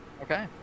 Okay